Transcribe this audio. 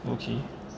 okay